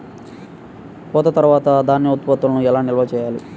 కోత తర్వాత ధాన్య ఉత్పత్తులను ఎలా నిల్వ చేయాలి?